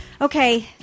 Okay